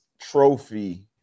trophy